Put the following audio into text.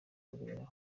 kubera